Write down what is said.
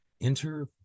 Enter